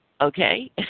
okay